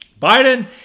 Biden